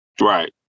Right